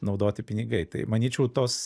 naudoti pinigai tai manyčiau tos